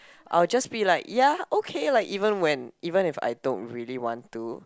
I'll just be like ya okay like even when even if I don't really want to